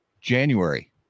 January